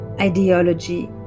ideology